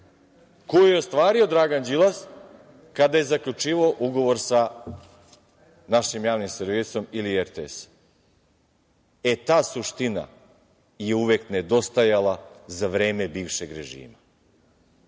koji je ostvario Dragan Đilas kada je zaključivao ugovor sa našim Javnim servisom ili RTS-om.E, ta suština je uvek nedostajala za vreme bivšeg režima.